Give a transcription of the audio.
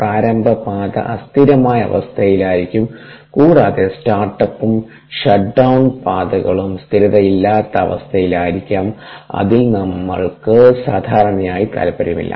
പ്രാരംഭപാത അസ്ഥിരമായ അവസ്ഥയിലായിരിക്കാം കൂടാതെ സ്റ്റാർട്ടപ്പും ഷട്ട്ഡൌൺ പാതകളും സ്ഥിരതയില്ലാത്ത അവസ്ഥയിലായിരിക്കാം അതിൽ നമ്മൾക്ക് സാധാരണയായി താൽപ്പര്യമില്ല